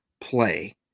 play